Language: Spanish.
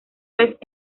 vez